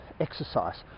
exercise